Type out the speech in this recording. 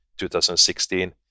2016